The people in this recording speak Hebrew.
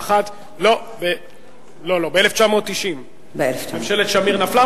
ב-1990 ממשלת שמיר נפלה,